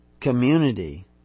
community